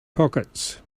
pockets